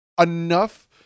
enough